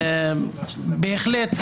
מגזרי בהחלט,